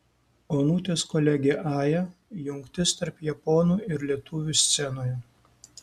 onutės kolegė aja jungtis tarp japonų ir lietuvių scenoje